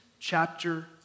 chapter